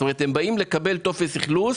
זאת אומרת, הם באים לקבל טופס אכלוס